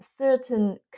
certain